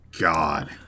God